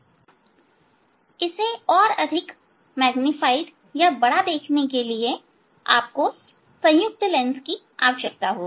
इससे अधिक ज्यादा अधिक मैग्नीफाइ करने के लिए आपको संयुक्त लेंस की आवश्यकता होगी